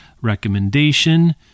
recommendation